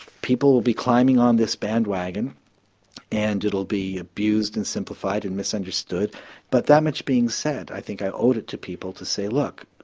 people will be climbing on this band wagon and it'll be abused and simplified and misunderstood but that much being said i think i owed it to people to say look,